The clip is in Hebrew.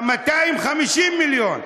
250 מיליון.